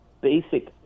basic